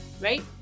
right